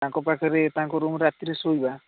ତାଙ୍କ ପାଖରେ ତାଙ୍କ ରୁମ୍ରେ ରାତିରେ ଶୋଇବା